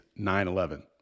9-11